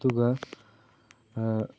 ꯑꯗꯨꯒ